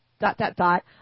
dot-dot-dot